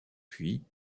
puis